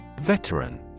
Veteran